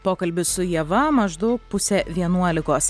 pokalbis su ieva maždaug pusę vienuolikos